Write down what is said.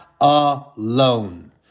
alone